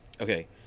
okay